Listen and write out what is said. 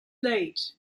late